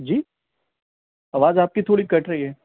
جی آواز آپ کی تھوڑی کٹ رہی ہے